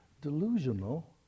delusional